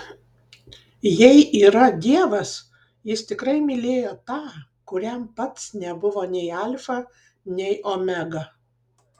jei yra dievas jis tikrai mylėjo tą kuriam pats nebuvo nei alfa nei omega